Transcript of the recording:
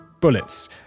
bullets